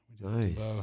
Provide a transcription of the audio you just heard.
Nice